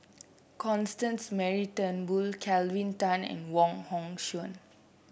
Constance Mary Turnbull Kelvin Tan and Wong Hong Suen